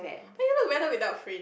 but you look better without fringe